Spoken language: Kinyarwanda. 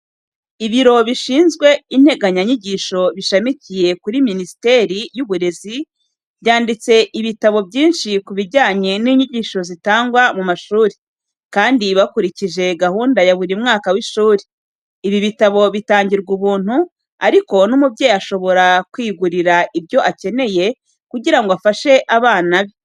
Ibiro bishinzwe integanyanyigisho bishamikiye kuri Minisiteri y'Uburezi, byanditse ibitabo byinshi ku bijyanye n'inyigisho zitangwa mu mashuri, kandi bakurikije gahunda ya buri mwaka w'ishuri. Ibi bitabo bitangirwa ubuntu, ariko n'umubyeyi ashobora kwigurira ibyo akeneye kugira ngo afashe abana be.